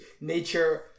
nature